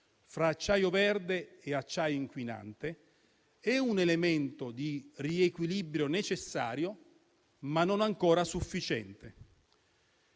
fra acciaio verde e acciaio inquinante, è un elemento di riequilibrio necessario ma non ancora sufficiente.